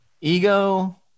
ego